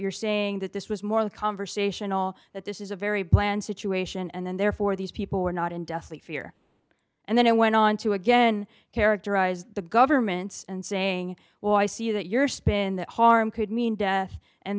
you're saying that this was more of a conversational that this is a very bland situation and therefore these people were not in deathly fear and then it went on to again characterize the government and saying well i see that your spin that harm could mean death and